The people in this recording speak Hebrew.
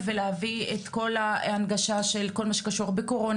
ולהביא את כל ההנגשה של כל מה שקשור בקורונה,